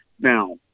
Now